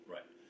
Right